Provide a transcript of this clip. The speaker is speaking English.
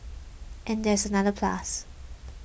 and there is another plus